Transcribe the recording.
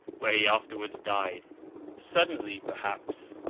where he afterwards died suddenly perhaps.